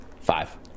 Five